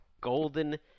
Golden